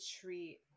treat